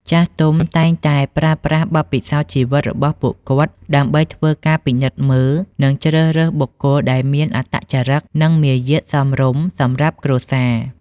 ចាស់ទុំតែងតែប្រើប្រាស់បទពិសោធន៍ជីវិតរបស់ពួកគាត់ ដើម្បីធ្វើការពិនិត្យមើល និងជ្រើសរើសបុគ្គលដែលមានអត្តចរិត និងមាយាទសមរម្យសម្រាប់គ្រួសារ។